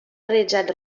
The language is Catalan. realitzat